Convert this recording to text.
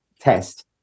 test